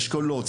אשכולות,